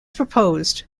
proposed